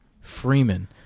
Freeman